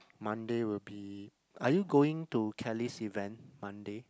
Monday will be are you going to Kelly's event Monday